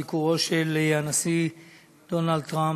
ביקורו של הנשיא דונלד טראמפ,